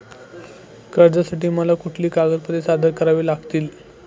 कर्जासाठी मला कुठली कागदपत्रे सादर करावी लागतील?